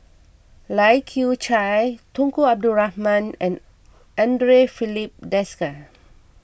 Lai Kew Chai Tunku Abdul Rahman and andre Filipe Desker